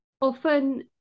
often